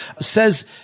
says